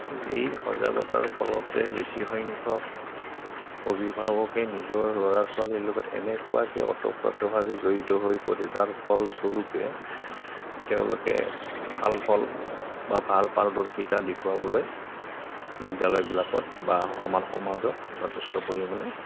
এই সজাগতাৰ ফলতে বেছি সংখ্যক অভিভাৱকে নিজৰ ল'ৰা ছোৱালীৰ লগত এনেকুৱাকে ওতঃপ্ৰোতভাৱে জড়িত হৈ পৰে যাৰ ফলস্বৰূপে তেওঁলোকে ভাল ফল বা ভাল পাৰদৰ্শিতা দেখুৱাবলৈ বিদ্যালয়বিলাকত বা আমাৰ সমাজত যথেষ্ট পৰিমাণে